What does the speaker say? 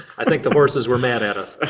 i think the horses were mad at us.